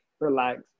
Relax